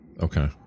Okay